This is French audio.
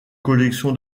collection